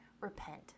repent